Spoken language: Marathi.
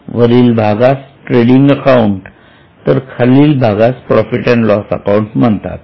वरील भागास ट्रेडिंग अकाउंट तर खालील भागास प्रॉफिट अँड लॉस अकाउंट म्हणतात